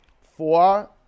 Four